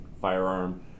firearm